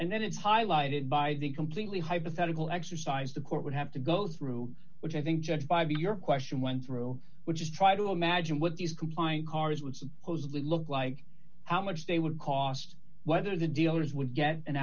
and then it's highlighted by the completely hypothetical exercise the court would have to go through which i think justifiably your question went through which is try to imagine what these compliant cars would supposedly look like how much they would cost whether the dealers would get an